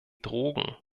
drogen